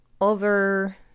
over